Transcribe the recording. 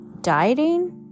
dieting